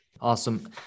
Awesome